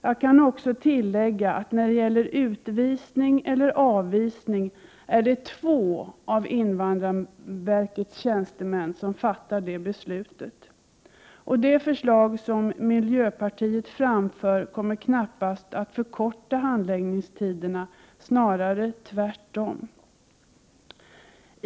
Jag kan också tillägga att det när det gäller utvisning eller avvisning är två av invandrarverkets tjänstemän som fattar beslutet. Det förslag som miljöpartiet framför kommer knappast att medföra att handläggningstiderna förkortas, snarare tvärtom.